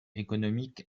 économique